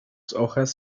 hojas